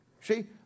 See